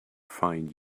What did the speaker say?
find